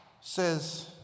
Says